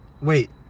wait